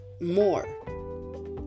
more